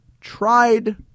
tried